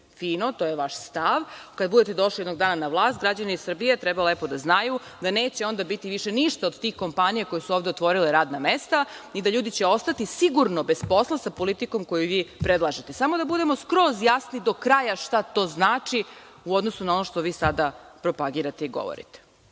fino, to je vaš stav. Kada budete došli jednog dana na vlast, građani Srbije treba lepo da znaju da neće onda biti više ništa od tih kompanija koje su ovde otvorile radna mesta i da će ljudi ostati sigurno bez posla sa politikom koju vi predlažete. Samo da budemo skroz jasni do kraja šta to znači, u odnosu na ono što vi sada propagirate i govorite.